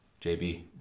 JB